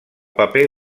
paper